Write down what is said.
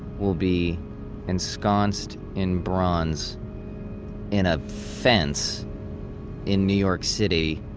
will be ensconced in bronze in a fence in new york city,